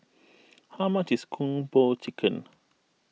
how much is Kung Po Chicken